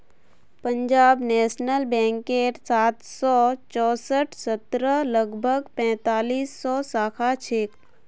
Punjab national बैंकेर सात सौ चौसठ शहरत लगभग पैंतालीस सौ शाखा छेक